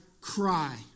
cry